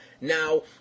Now